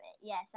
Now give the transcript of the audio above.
Yes